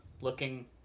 looking